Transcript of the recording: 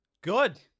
Good